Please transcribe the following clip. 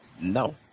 No